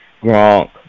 Gronk